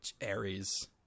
Aries